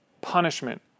punishment